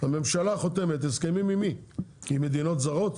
הממשלה חותמת הסכמים עם מי, עם מדינות זרות?